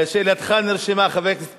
שאלתך נרשמה, חבר הכנסת ביבי.